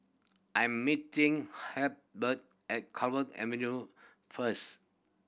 I'm meeting Halbert at Clover Avenue first